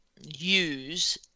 use